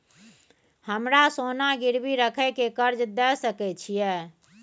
हमरा सोना गिरवी रखय के कर्ज दै सकै छिए?